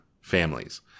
families